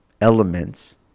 elements